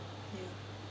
ya